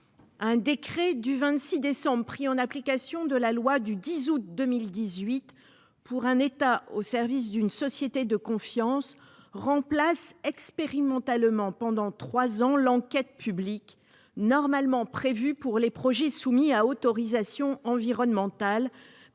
un décret du 24 décembre dernier pris en application de la loi du 10 août 2018 pour un État au service d'une société de confiance remplace expérimentalement, pendant trois ans, l'enquête publique, normalement prévue pour les projets soumis à autorisation environnementale,